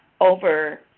over